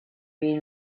been